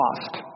cost